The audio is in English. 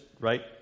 right